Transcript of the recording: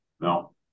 no